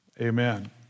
amen